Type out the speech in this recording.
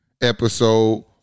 episode